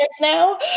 now